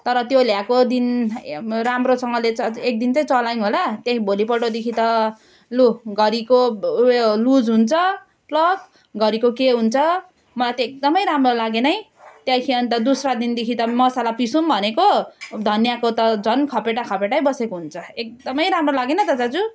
तर त्यो ल्याएको दिन राम्रोसँगले च एकदिन चाहिँ चलायौँ होला त्यहाँ भोलिपल्टदेखि त लु घरीको उयो लुज हुन्छ प्लग घरीको के हुन्छ मलाई त एकदमै राम्रो लागेन है त्यहाँ दुस्रा दिनदेखि त मसला पिसौँ भनेको धनियाको त झन् खपेटा खपेटै बसेको हुन्छ एकदमै राम्रो लागेन त दाजु